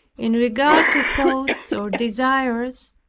in regard to thoughts or desires,